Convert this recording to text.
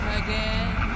again